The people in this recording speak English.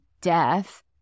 death